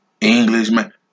Englishman